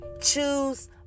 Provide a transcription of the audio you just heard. choose